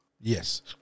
Yes